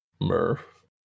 Murph